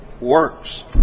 works